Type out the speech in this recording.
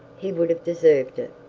he would have deserved it.